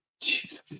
Jesus